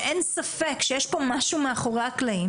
שאין ספק שיש פה משהו מאחורי הקלעים.